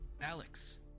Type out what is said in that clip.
Alex